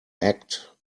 act